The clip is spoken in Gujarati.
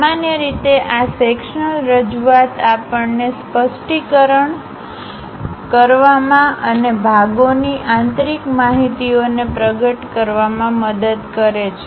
સામાન્ય રીતે આ સેક્શન્લ રજૂઆત આપણને સ્પષ્ટિકરણકલેરીટીClarity કરવામાં અને ભાગોની આંતરિક માહિતિઓને પ્રગટ કરવામાં મદદ કરે છે